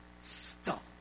Stop